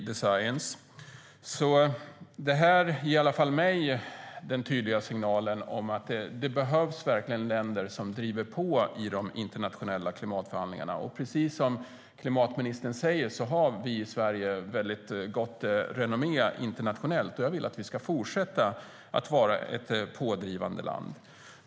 Detta ger i alla fall mig en tydlig signal om att det behövs länder som driver på i de internationella klimatförhandlingarna. Precis som klimatministern säger har vi i Sverige mycket gott renommé internationellt, och jag vill att vi ska fortsätta vara ett pådrivande land.